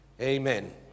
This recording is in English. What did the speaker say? Amen